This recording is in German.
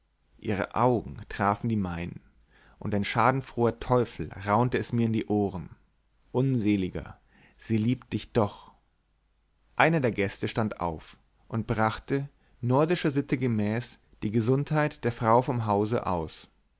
ihre augen trafen die meinen und ein schadenfroher teufel raunte es mir in die ohren unseliger sie liebt dich doch einer der gäste stand auf und brachte nordischer sitte gemäß die gesundheit der frau vom hause aus